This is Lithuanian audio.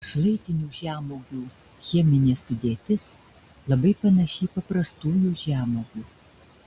šlaitinių žemuogių cheminė sudėtis labai panaši į paprastųjų žemuogių